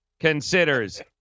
Considers